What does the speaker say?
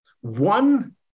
One